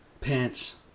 pants